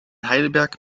heidelberg